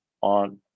on